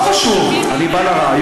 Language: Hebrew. לא קשור, אני מגיע לרעיון.